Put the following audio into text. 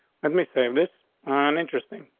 and me say um this on interesting.